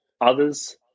others